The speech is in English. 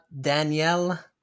Danielle